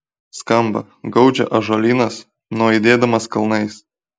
skamba gaudžia ąžuolynas nuaidėdamas kalnais